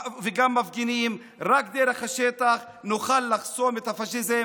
רק דרך השטח נוכל לחסום את הפשיזם.